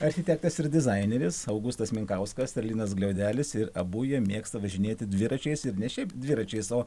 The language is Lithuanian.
architektas ir dizaineris augustas minkauskas ir linas gliaudelis ir abu jie mėgsta važinėti dviračiais ir ne šiaip dviračiais o